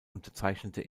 unterzeichnete